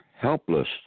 helpless